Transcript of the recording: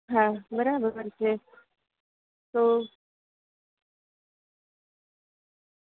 હા બરાબર છે તો